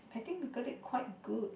I think we got it quite good